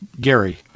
Gary